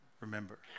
remember